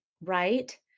right